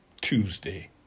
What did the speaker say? Tuesday